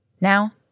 Now